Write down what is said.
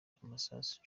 amasasu